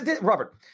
Robert